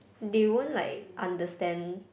they won't like understand